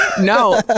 no